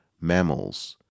mammals